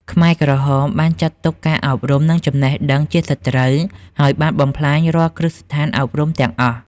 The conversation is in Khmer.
ខ្មែរក្រហមបានចាត់ទុកការអប់រំ និងចំណេះដឹងជាសត្រូវ ហើយបានបំផ្លាញរាល់គ្រឹះស្ថានអប់រំទាំងអស់។